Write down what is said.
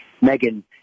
Megan